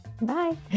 Bye